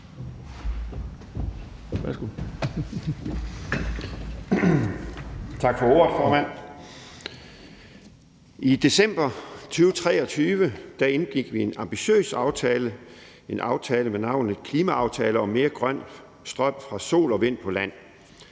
I december 2023 indgik vi en ambitiøs aftale med navnet »Klimaaftale om mere grøn strøm fra sol og vind på land